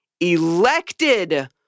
elected